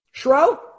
Shro